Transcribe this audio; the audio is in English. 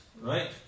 right